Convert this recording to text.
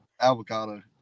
Avocado